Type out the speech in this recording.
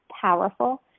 powerful